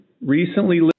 recently